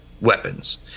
weapons